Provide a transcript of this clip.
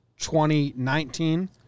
2019